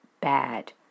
bad